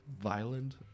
violent